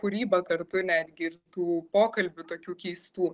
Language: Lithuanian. kūryba kartu netgi ir tų pokalbių tokių keistų